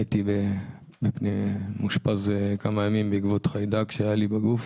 הייתי מאושפז כמה ימים בעקבות חיידק שהיה לי בגוף.